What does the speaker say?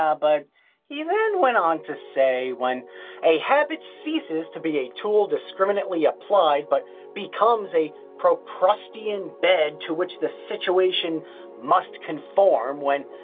um but he then went on to say. when a habit ceases to be a tool discriminantly applied but becomes a procrustean bed to which the situation must conform when,